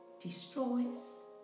destroys